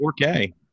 4K